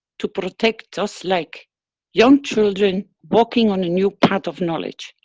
to protect us like young children walking on a new path of knowledge.